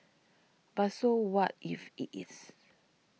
but so what if it is